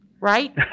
right